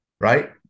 right